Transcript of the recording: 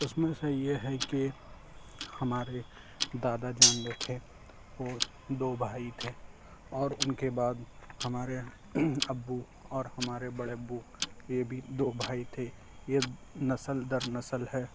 اُس میں سے یہ ہے کہ ہمارے دادا جان جو تھے وہ دو بھائی تھے اور اُن کے بعد ہمارے ابو اور ہمارے بڑے ابو یہ بھی دو بھائی تھے یہ نسل در نسل ہے